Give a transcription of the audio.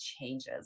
changes